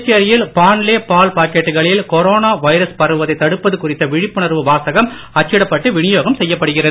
புதுச்சேரியில் பாண்லே பால் பாக்கெட்டுகளில் கொரோனா வைரஸ் பரவுவதை தடுப்பது குறித்த விழிப்புணர்வு வாசகம் அச்சிடப்பட்டு விநியோகம் செய்யப்படுகிறது